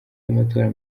y’amatora